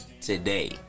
today